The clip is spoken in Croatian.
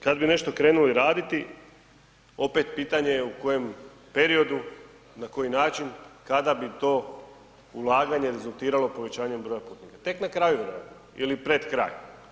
Kad bi nešto krenuli raditi opet pitanje je u kojem periodu na koji način, kada bi to ulaganje rezultiralo povećanjem brojem putnika, tek na kraju ili pred kraj.